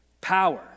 power